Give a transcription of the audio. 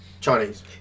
Chinese